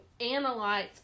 analyze